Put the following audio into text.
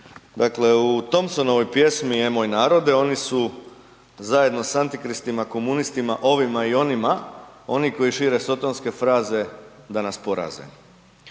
Dakle u Thompsonovoj pjesmi „E moj narode“ oni su zajedno s antikristima, komunistima, ovima i onima oni koji šire sotonske fraze da nas poraze.